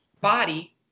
body